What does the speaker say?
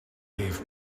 gave